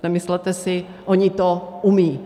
Nemyslete si, oni to umějí.